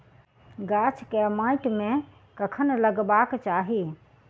गाछ केँ माइट मे कखन लगबाक चाहि?